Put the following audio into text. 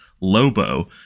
Lobo